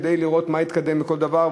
כדי לראות מה התקדם בכל דבר,